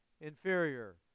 inferior